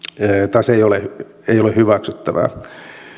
taas ei ole ei ole hyväksyttävää